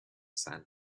sand